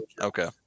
Okay